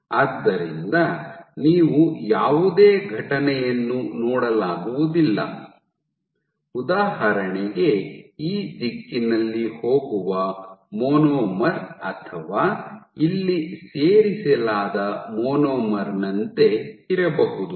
ಆದ್ದರಿಂದ ನೀವು ಯಾವುದೇ ಘಟನೆಯನ್ನು ನೋಡಲಾಗುವುದಿಲ್ಲ ಉದಾಹರಣೆಗೆ ಈ ದಿಕ್ಕಿನಲ್ಲಿ ಹೋಗುವ ಮೊನೊಮರ್ ಅಥವಾ ಇಲ್ಲಿ ಸೇರಿಸಲಾದ ಮೊನೊಮರ್ ನಂತೆ ಇರಬಹುದು